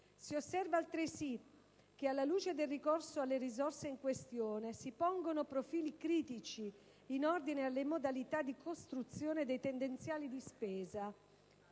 si osserva altresì che alla luce del ricorso alle risorse in questione si pongono profili critici in ordine alle modalità di costruzione dei tendenziali di spesa,